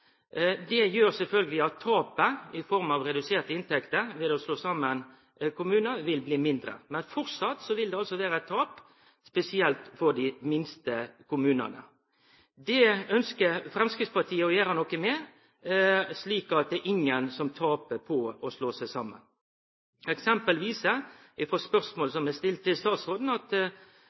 Det gjer sjølvsagt at tapet, i form av reduserte inntekter ved å slå saman kommunar, vil bli mindre. Men framleis vil det altså vere eit tap, spesielt for dei minste kommunane. Det ønskjer Framstegspartiet å gjere noko med, slik at det er ingen som skal tape på å slå seg saman. Eksempel viser, frå eit spørsmål som er stilt til statsråden, at